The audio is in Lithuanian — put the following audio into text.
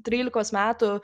trylikos metų